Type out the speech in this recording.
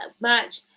match